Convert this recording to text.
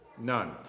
None